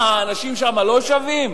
מה, האנשים שם לא שווים?